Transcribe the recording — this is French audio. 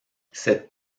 cette